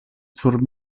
sur